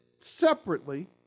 separately